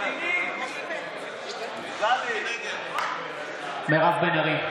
(קורא בשם חברת הכנסת) מירב בן ארי.